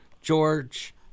George